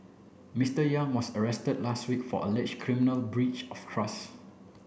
Mister Yang was arrested last week for alleged criminal breach of trust